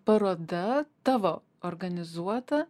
paroda tavo organizuota